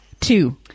Two